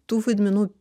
tų vaidmenų